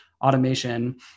automation